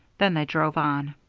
then they drove on.